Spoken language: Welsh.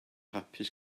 hapus